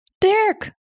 Derek